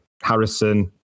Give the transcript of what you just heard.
Harrison